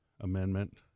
amendment